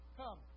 come